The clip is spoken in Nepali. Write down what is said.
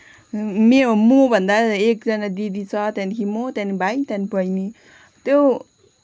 मे मभन्दा एकजना दिदी छ त्यहाँदेखि म त्यहाँदेखि भाइ त्यहाँदेखि बहिनी त्यो